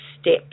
steps